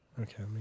Okay